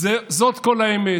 זאת כל האמת.